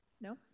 No